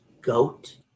GOAT